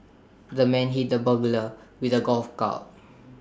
the man hit the burglar with A golf